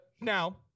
now